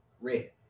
red